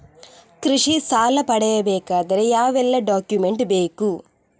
ಕೃಷಿ ಸಾಲ ಪಡೆಯಬೇಕಾದರೆ ಯಾವೆಲ್ಲ ಡಾಕ್ಯುಮೆಂಟ್ ಬೇಕು?